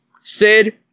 Sid